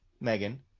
Megan